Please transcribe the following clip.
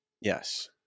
Yes